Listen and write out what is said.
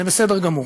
זה בסדר גמור.